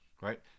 Right